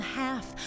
half